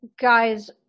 guys